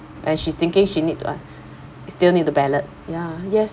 and she thinking she need to ah still need to ballot ya yes